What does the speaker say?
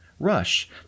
rush